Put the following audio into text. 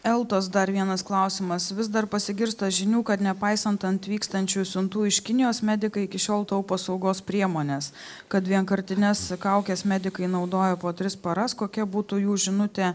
eltos dar vienas klausimas vis dar pasigirsta žinių kad nepaisant antvykstančių siuntų iš kinijos medikai iki šiol taupo saugos priemones kad vienkartines kaukes medikai naudoja po tris paras kokia būtų jų žinutė